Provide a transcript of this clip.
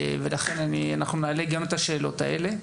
לכן נעלה גם את השאלות האלה.